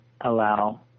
allow